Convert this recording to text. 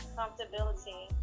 comfortability